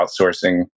outsourcing